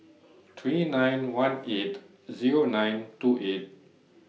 three nine one eight Zero nine two eight